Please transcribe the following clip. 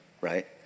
right